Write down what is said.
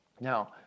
Now